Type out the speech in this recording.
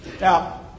Now